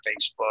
Facebook